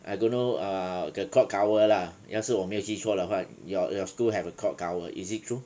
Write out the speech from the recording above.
I don't know err the clock colour lah 要是我没有记错的话 your your school have a clock tower is it true